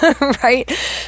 right